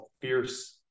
Fierce